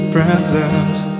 Problems